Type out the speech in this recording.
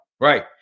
right